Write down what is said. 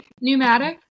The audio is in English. Pneumatic